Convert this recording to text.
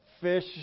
fish